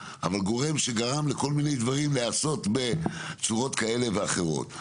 אבל גם גרם לכל מיני דברים להיעשות בצורות כאלה ואחרות.